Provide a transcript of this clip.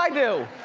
i do?